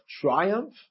triumph